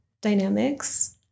dynamics